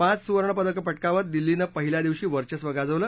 पाच सुवर्णपदकं पटकावत दिल्लीनं पहिल्या दिवशी वर्चस्व गाजवलं